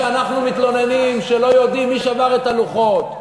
שאנחנו מתלוננים שלא יודעים מי שבר את הלוחות,